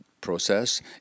process